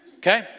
Okay